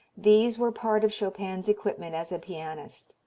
these were part of chopin's equipment as a pianist.